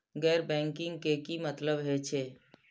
गैर बैंकिंग के की मतलब हे छे?